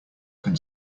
can